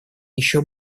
еще